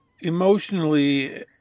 Emotionally